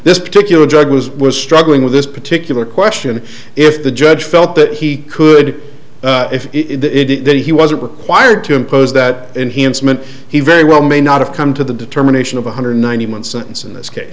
this particular judge was was struggling with this particular question if the judge felt that he could if it did that he wasn't required to impose that enhancement he very well may not have come to the determination of one hundred ninety month sentence in this case